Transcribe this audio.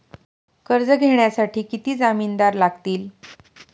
कर्ज घेण्यासाठी किती जामिनदार लागतील?